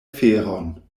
feron